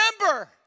remember